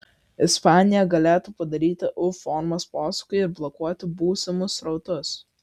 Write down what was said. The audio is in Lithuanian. ispanija galėtų padaryti u formos posūkį ir blokuoti būsimus srautus